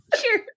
Cheers